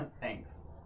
Thanks